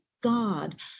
god